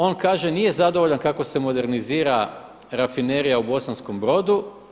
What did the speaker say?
On kaže nije zadovoljan kako se modernizira Rafinerija u Bosanskom Brodu.